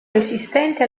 resistente